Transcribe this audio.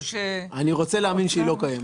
אני רוצה להאמין שהיא לא קיימת.